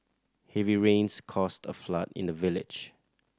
heavy rains caused a flood in the village